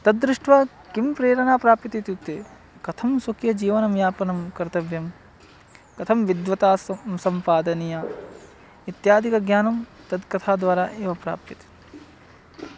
तद्दृष्ट्वा किं प्रेरणा प्राप्यते इत्युक्ते कथं स्वकीयजीवनं यापनं कर्तव्यं कथं विद्वत्ता सं सम्पादनीया इत्यादिकज्ञानं तत्कथाद्वारा एव प्राप्यते